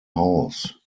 haus